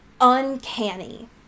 uncanny